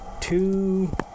Two